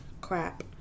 crap